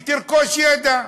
היא תרכוש ידע.